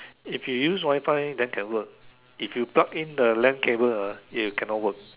if you use Wifi then can work if you plug in the lane cable ah then cannot work